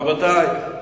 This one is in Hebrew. רבותי,